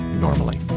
normally